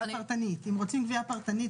אם רוצים קביעה פרטנית.